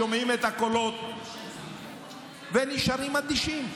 שומעים את הקולות ונשארים אדישים?